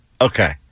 Okay